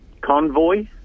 convoy